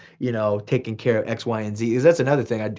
you know taking care of x, y, and z. cause that's another thing,